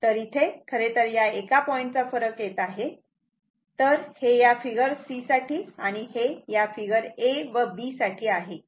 तर इथे खरेतर या एका पॉईंटचा फरक येत आहे तर हे या फिगर C साठी आणि हे या फिगर a व b साठी आहे